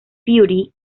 fury